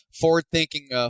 forward-thinking